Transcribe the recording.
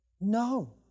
No